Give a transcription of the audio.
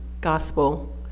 gospel